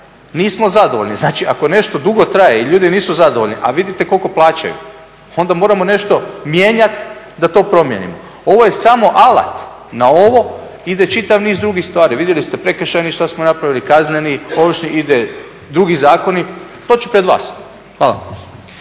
nismo zadovoljni. Znači, ako nešto dugo traje i ljudi nisu zadovoljni, a vidite koliko plaćaju, onda moramo nešto mijenjati da to promijenimo. Ovo je samo alat. Na ovo ide čitav niz drugih stvari. Vidjeli ste prekršajni što smo napravili, kazneni, ovršni, ide drugi zakoni, doći će pred vas. Hvala.